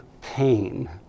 pain